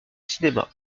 cinéma